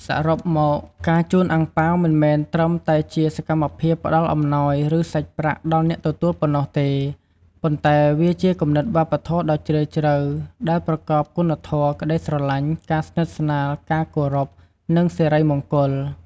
សរុបមក ការជូនអាំងប៉ាវមិនមែនត្រឹមតែជាសកម្មភាពផ្តល់អំណោយ ឬសាច់ប្រាក់ដល់អ្នកទទួលប៉ុណ្ណោះទេ ប៉ុន្តែវាជាគំនិតវប្បធម៌ដ៏ជ្រាលជ្រៅ ដែលប្រកបគុណធម៌ ក្តីស្រឡាញ់ ការស្និទ្ធស្នាល ការគោរព និងសិរីមង្គល។